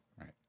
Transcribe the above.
right